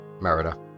Merida